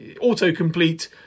auto-complete